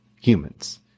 humans